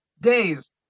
days